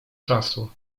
czasu